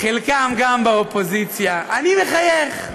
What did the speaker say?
חלקם גם באופוזיציה, אני מחייך.